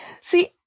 See